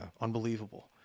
unbelievable